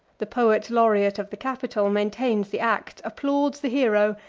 the poet-laureate of the capitol maintains the act, applauds the hero,